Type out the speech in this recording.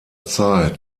zeit